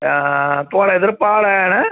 थुआढ़े इद्धर प्हाड़ हैन न